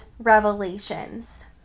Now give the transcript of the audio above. revelations